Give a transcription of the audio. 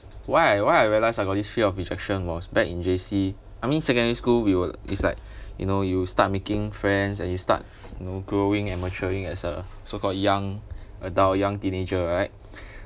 why why I realised I got this fear of rejection was back in J_C I mean secondary school we will is like you know you start making friends and you start you know growing and maturing as a so called young adult young teenager right